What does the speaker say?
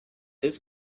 his